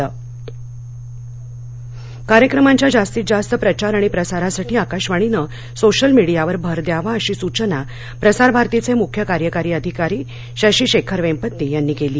प्रसारभारती कार्यक्रमांच्या जास्तीत जास्त प्रचार आणि प्रसारासाठी आकाशवाणीनं सोशल मिडीयावर भर द्यावा अशी सूचना प्रसारभारतीये मुख्य कार्यकारी अधिकारी शशी शेखर वेम्पती यांनी केली